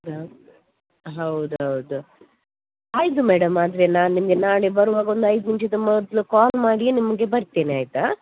ಹಾಂ ಹೌದು ಹೌದು ಆಯಿತು ಮೇಡಮ್ ಆದರೆ ನಾನು ನಿಮಗೆ ನಾಳೆ ಬರುವಾಗ ಒಂದು ಐದು ನಿಮಿಷದ ಮೊದಲು ಕಾಲ್ ಮಾಡಿಯೇ ನಿಮಗೆ ಬರ್ತೇನೆ ಆಯಿತಾ